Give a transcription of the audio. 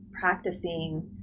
practicing